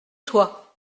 toi